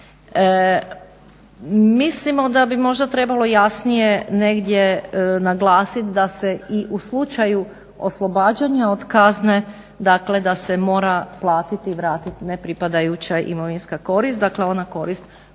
Mislimo da bi možda trebalo jasnije negdje naglasit da se i u slučaju oslobađanja od kazne dakle da se mora platiti i vratiti nepripadajuća imovinska korist, dakle ona korist